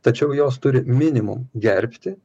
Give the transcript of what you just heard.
tačiau jos turi minimum gerbti